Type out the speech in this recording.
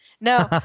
No